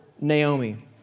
Naomi